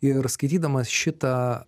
ir skaitydamas šitą